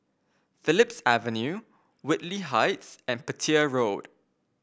Phillips Avenue Whitley Heights and Petir Road